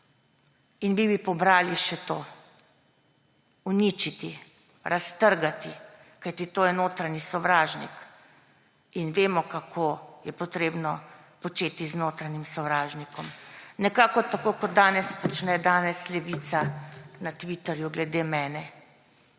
In vi bi pobrali še to. Uničiti, raztrgati, kajti to je notranji sovražnik, in vemo, kako je treba početi z notranjim sovražnikom. Nekako tako kot danes počne Levica na Twitterju glede mene.